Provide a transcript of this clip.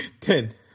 ten